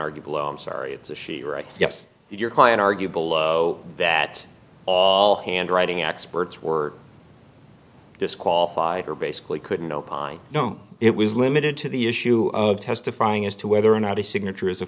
argue below i'm sorry it's a she right yes your client argue below that handwriting experts were disqualified her basically couldn't opine no it was limited to the issue of testifying as to whether or not a signature is a